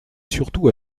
surtout